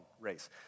race